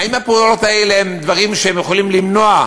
האם הפעולות האלה הן דברים שיכולים למנוע,